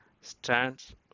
stands